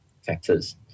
factors